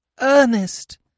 Ernest